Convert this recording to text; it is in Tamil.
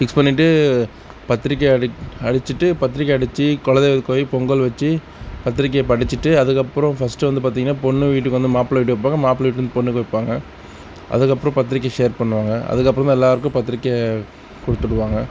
ஃபிக்ஸ் பண்ணிட்டு பத்திரிக்கை அடி அடிச்சுட்டு பத்திரிக்கை அடிச்சு குலதெய்வப் போய் பொங்கல் வச்சு பத்திரிக்கையை படிச்சிட்டு அதுக்கப்புறம் ஃபஸ்ட்டு வந்து பார்த்தீங்கன்னா பெண்ணு வீட்டுக்கு வந்து மாப்பிள்ளை வீடு வைப்பாங்க மாப்பிள்ளை வீட்டிலேருந்து பொண்ணுக்கு வைப்பாங்க அதுக்கப்புறம் பத்திரிக்கையை ஷேர் பண்ணுவாங்க அதுக்கப்புறந்தான் எல்லோருக்கும் பத்திரிக்கை கொடுத்துடுவாங்க